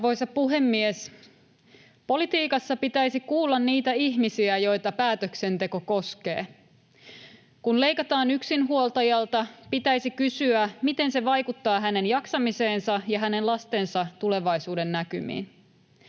Arvoisa puhemies! Politiikassa pitäisi kuulla niitä ihmisiä, joita päätöksenteko koskee. Kun leikataan yksinhuoltajalta, pitäisi kysyä, miten se vaikuttaa hänen jaksamiseensa ja hänen lastensa tulevaisuudennäkymiin.